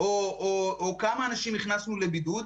או כמה אנשים הכנסנו לבידוד,